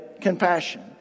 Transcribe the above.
compassion